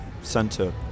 center